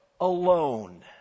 alone